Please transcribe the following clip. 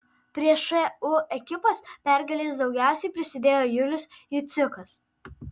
prie šu ekipos pergalės daugiausiai prisidėjo julius jucikas